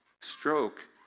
Stroke